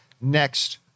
next